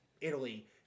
Italy